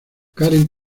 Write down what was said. karen